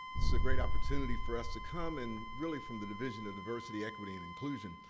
this is a great opportunity for us to come, and really, from the division of diversity, equity, and inclusion,